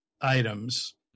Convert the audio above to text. items